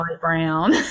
brown